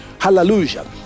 hallelujah